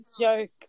joke